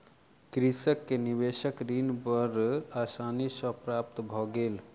कृषक के निवेशक ऋण बड़ आसानी सॅ प्राप्त भ गेल